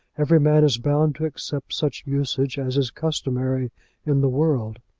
every man is bound to accept such usage as is customary in the world.